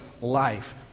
life